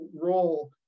role